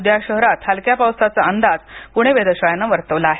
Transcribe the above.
उद्या शहरात हलक्या पावसाचा अंदाज पूणे वेधशाळेनं वर्तवला आहे